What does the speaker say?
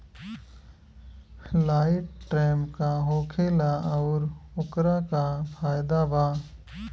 Light trap का होखेला आउर ओकर का फाइदा बा?